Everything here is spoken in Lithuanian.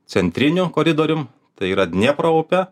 centriniu koridorium tai yra dniepro upe